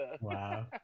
Wow